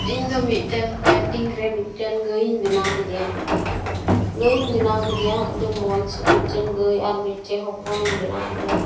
ᱤᱧᱫᱚ ᱢᱤᱫᱴᱮᱱ ᱯᱮᱱᱴᱤᱝ ᱨᱮ ᱢᱤᱫᱴᱮᱱ ᱜᱟᱹᱭ ᱤᱧ ᱵᱮᱱᱟᱣ ᱠᱮᱫᱮᱭᱟ ᱜᱟᱹᱭ ᱤᱧ ᱵᱮᱱᱟᱣ ᱠᱮᱫᱮᱭᱟ ᱟᱹᱰᱤ ᱢᱚᱡᱽ ᱢᱤᱫᱴᱮᱱ ᱜᱟᱹᱭ ᱟᱨ ᱢᱤᱫᱴᱮᱱ ᱦᱚᱯᱚᱱᱤᱧ ᱵᱮᱱᱟᱣ ᱠᱮᱫᱮᱭᱟ